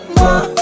more